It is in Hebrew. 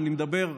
אני אומר,